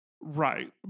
Right